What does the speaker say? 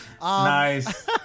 Nice